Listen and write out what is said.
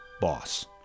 Boss